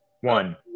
one